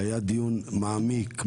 היה דיון מעמיק,